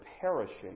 perishing